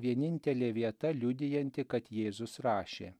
vienintelė vieta liudijanti kad jėzus rašė